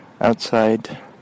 outside